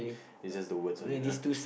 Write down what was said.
it's just the words on it ah